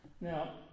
Now